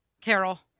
Carol